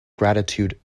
gratitude